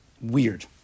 weird